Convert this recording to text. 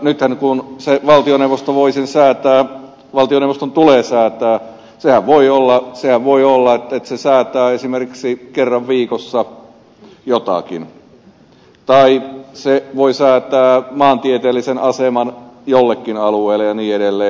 nythän kun valtioneuvoston tulee säätää sehän voi olla että se säätää esimerkiksi kerran viikossa tai jotakin tai se voi säätää maantieteellisen aseman jollekin alueelle ja niin edelleen